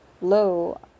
low